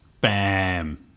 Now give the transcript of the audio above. Bam